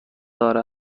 دار